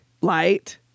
light